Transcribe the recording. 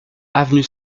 avenue